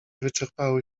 wyczerpały